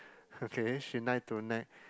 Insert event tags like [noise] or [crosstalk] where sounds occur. [breath] okay she like to nag